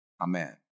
Amen